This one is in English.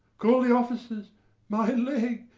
call the officers my leg,